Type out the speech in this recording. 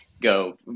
go